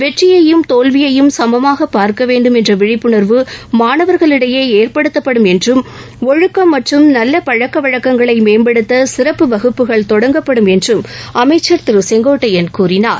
வெற்றியையும் தோல்வியையும் சமமாக பார்க்க வேண்டும் என்ற விழிப்புணர்வு மாணவர்களிடையே ஏற்படுத்தப்படும் என்றும் ஒழுக்கம் மற்றும் நல்ல பழக்க வழக்கங்களை மேம்படுத்த சிறப்பு வகுப்புகள் தொடங்கப்படும் என்றும் அமைச்சர் திரு செங்கோட்டையன் கூறினார்